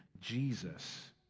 Jesus